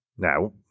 Now